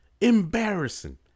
Embarrassing